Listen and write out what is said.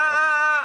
בסדר.